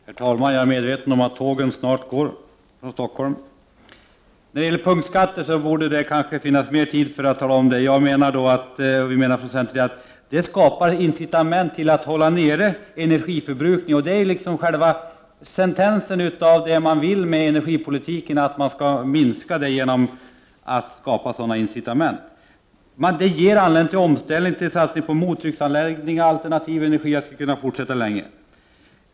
Herr talman! Jag är medveten om att tågen från Stockholm snart går. När det gäller punktskatter borde vi ha mer tid att tala om dem. Från centern menar vi att det skapar incitament att hålla nere energiförbrukningen. Det är själva kvintessensen i det man vill med energipolitiken att man skall minska energiförbrukningen genom att skapa sådana incitament. Det ger anledning till omställningar, så att vi får mottrycksanläggningar, alternativ energi osv. — jag skulle kunna fortsätta länge.